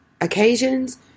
occasions